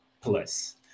plus